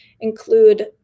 include